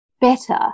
better